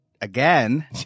again